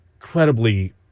incredibly